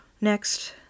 Next